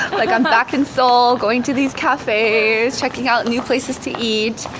like, i'm back in seoul, going to these cafe's, checking out new places to eat.